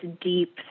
deep